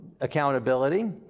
accountability